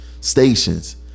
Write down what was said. stations